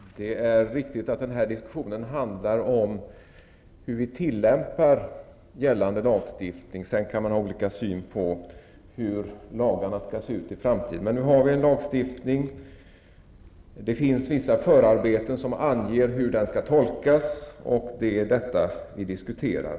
Fru talman! Det är riktigt att den här diskussionen handlar om hur vi tillämpar gällande lagstiftning. Man kan sedan ha olika syn på hur lagarna skall se ut i framtiden. Nu har vi emellertid en lagstiftning. Det finns vissa förarbeten som anger hur den skall tolkas, och det är detta vi diskuterar.